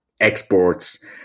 exports